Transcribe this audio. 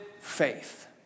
faith